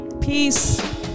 Peace